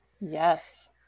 Yes